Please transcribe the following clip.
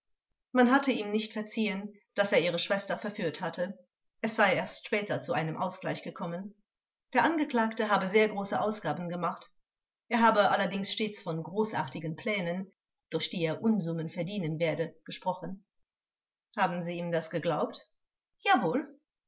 man hatte ihm nicht verziehen daß er ihre schwester verführt hatte es sei erst später zu einem ausgleich gekommen der angeklagte habe sehr große ausgaben gemacht er habe allerdings stets von großartigen plänen durch die er unsummen verdienen werde gesprochen vors haben sie ihm das geglaubt zeugin jawohl